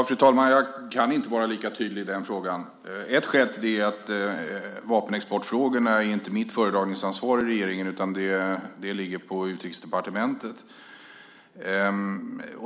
Fru talman! Jag kan inte vara lika tydlig i den frågan. Ett skäl till det är att vapenexportfrågorna inte är mitt föredragningsansvar i regeringen, utan de ligger på Utrikesdepartementet.